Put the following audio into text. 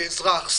לאזרח,